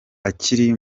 akiri